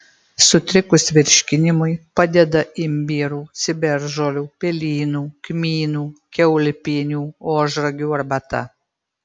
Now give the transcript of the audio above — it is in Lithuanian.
sutrikus virškinimui padeda imbierų ciberžolių pelynų kmynų kiaulpienių ožragių arbata